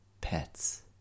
pets